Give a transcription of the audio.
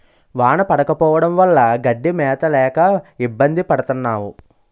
వాన పడకపోవడం వల్ల గడ్డి మేత లేక ఇబ్బంది పడతన్నావు